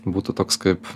būtų toks kaip